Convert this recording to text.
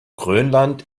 grönland